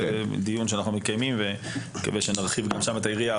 זה דיון שאנחנו מקיימים ואני מקווה שנרחיב גם שם את היריעה.